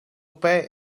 pay